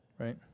Right